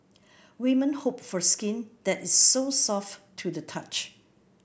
women hope for skin that is so soft to the touch